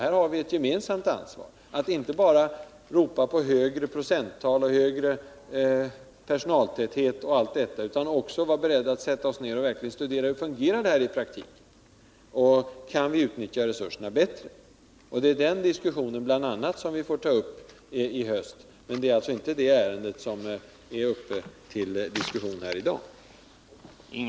Här har vi ett gemensamt ansvar att inte bara ropa på högre procenttal och högre personaltäthet och allt detta, utan också vara beredda att sätta oss ner och studera hur det fungerar i praktiken och om vi kan utnyttja resurserna bättre. Det är bl.a. den diskussionen som vi får ta upp i höst, men det är alltså inte den frågan som är uppe till behandling här i dag.